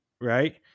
right